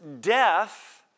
death